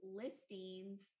listings